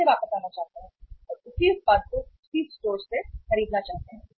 फिर से वह किसी विकल्प की तलाश नहीं करेगा उत्पाद या स्टोर का विकल्प नहीं